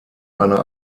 einer